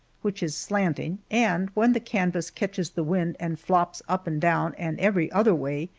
which is slanting, and when the canvas catches the wind and flops up and down and every other way,